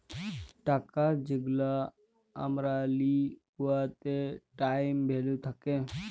টাকা যেগলা আমরা লিই উয়াতে টাইম ভ্যালু থ্যাকে